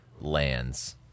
lands